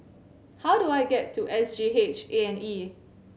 how do I get to S G H A and E